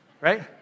right